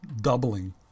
doubling